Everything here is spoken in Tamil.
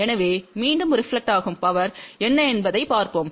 எனவே மீண்டும் ரெபிளெக்டாகும் பவர் என்ன என்பதைப் பார்ப்போம்